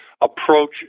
approach